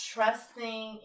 Trusting